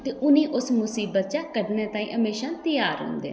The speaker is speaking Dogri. ते उनेंगी हमेशा इस मुसीबत चा कड्ढनै गी त्यार रौहंदे न